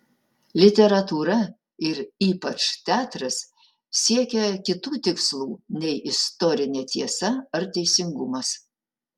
literatūra ir ypač teatras siekia kitų tikslų nei istorinė tiesa ar teisingumas